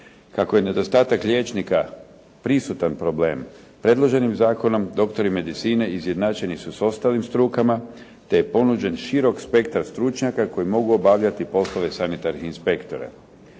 Kako je nedostatak liječnika prisutan problem, predloženim zakonom doktori medicine izjednačeni su s ostalim strukama, te je ponuđen širok spektar stručnjaka koji mogu obavljati poslove sanitarnih inspektora.